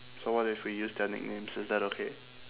so what if we use their nicknames is that okay